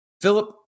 Philip